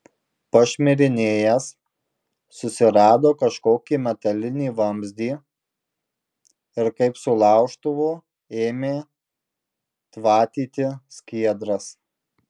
pašmirinėjęs susirado kažkokį metalinį vamzdį ir kaip su laužtuvu ėmė tvatyti skiedras